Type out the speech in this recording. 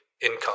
income